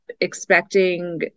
expecting